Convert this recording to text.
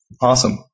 Awesome